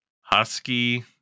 Husky